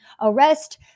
arrest